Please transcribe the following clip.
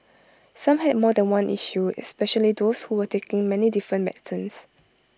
some had more than one issue especially those who were taking many different medicines